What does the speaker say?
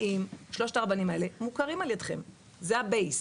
האם שלושת הרבנים האלה מוכרים על ידכם, זה הבסיס,